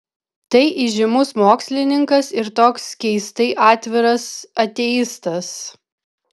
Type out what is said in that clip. tai įžymus mokslininkas ir toks keistai atviras ateistas